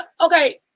okay